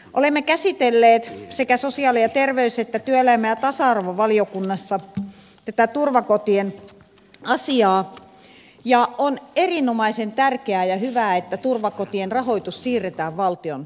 olemme käsitelleet sekä sosiaali ja terveys että työelämä ja tasa arvovaliokunnassa tätä turvakotien asiaa ja on erinomaisen tärkeää ja hyvä että turvakotien rahoitus siirretään valtion vastuulle